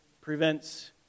prevents